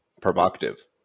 provocative